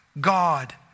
God